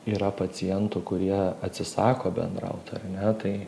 yra pacientų kurie atsisako bendraut ar ne tai